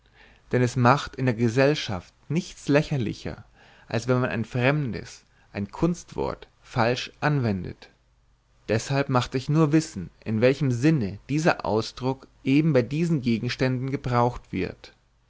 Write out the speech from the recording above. denn es macht in der gesellschaft nichts lächerlicher als wenn man ein fremdes ein kunstwort falsch anwendet deshalb machte ich nur wissen in welchem sinne dieser ausdruck eben bei diesen gegenständen gebraucht wird